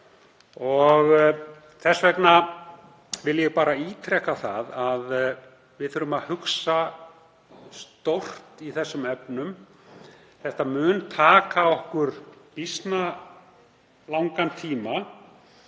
Þess vegna vil ég bara ítreka það að við þurfum að hugsa stórt í þessum efnum. Það mun taka okkur býsna langan tíma